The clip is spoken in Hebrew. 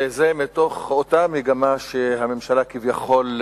וזה מתוך אותה מגמה שהממשלה כביכול,